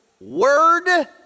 word